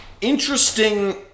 interesting